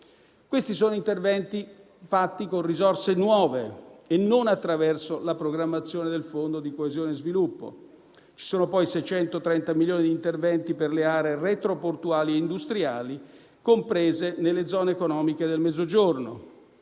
Questi sono interventi fatti con risorse nuove e non attraverso la programmazione del Fondo di coesione e sviluppo. Ci sono poi 630 milioni di interventi per le aree retroportuali e industriali comprese nelle zone economiche del Mezzogiorno,